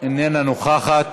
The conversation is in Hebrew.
איננה נוכחת.